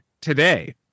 today